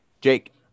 jake